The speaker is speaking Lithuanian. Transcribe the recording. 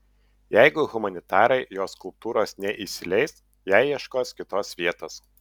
jeigu humanitarai jo skulptūros neįsileis jai ieškos kitos vietos